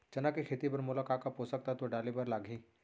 चना के खेती बर मोला का का पोसक तत्व डाले बर लागही?